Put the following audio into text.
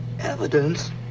Evidence